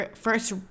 first